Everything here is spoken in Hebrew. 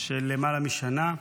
של למעלה משנה,